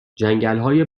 جنگلهای